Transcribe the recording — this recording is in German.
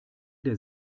der